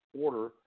order